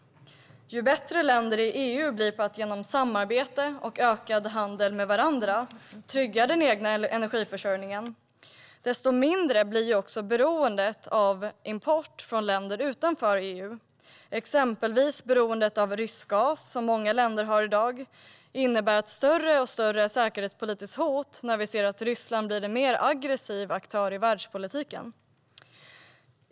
Ju bättre länder i EU blir på att genom samarbete och ökad handel med varandra trygga den egna elförsörjningen, desto mindre blir beroendet av import från länder utanför EU. Exempelvis beroendet av rysk gas, som många länder i dag har, innebär ett större och större säkerhetspolitiskt hot i och med att Ryssland blir en mer aggressiv aktör i världspolitiken.